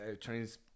Chinese